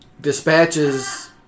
dispatches